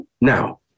Now